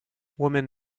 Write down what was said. woman